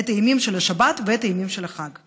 את הימים של השבת ואת הימים של החג.